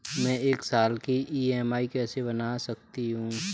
मैं एक साल की ई.एम.आई कैसे बना सकती हूँ?